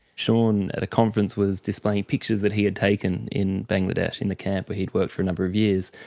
shaun at a conference was displaying pictures that he had taken in bangladesh in the camp where he'd worked for a number of years,